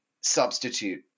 substitute